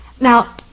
Now